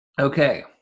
okay